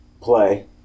play